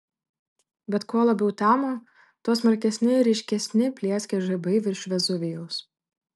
bet kuo labiau temo tuo smarkesni ir ryškesni plieskė žaibai virš vezuvijaus